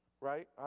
Right